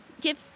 give